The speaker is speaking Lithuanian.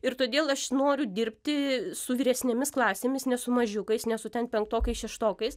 ir todėl aš noriu dirbti su vyresnėmis klasėmis ne su mažiukais ne su ten penktokais šeštokais